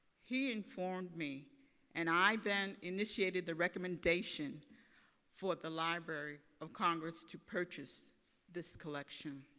he informed me and i then initiated the recommendation for the library of congress to purchase this collection.